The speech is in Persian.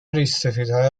ریشسفیدهای